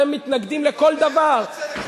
אתם מתנגדים לכל דבר,